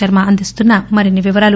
శర్మ అందిస్తున్న మరిన్ని వివరాలు